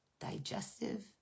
digestive